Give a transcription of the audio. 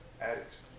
addicts